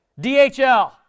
DHL